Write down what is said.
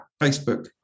Facebook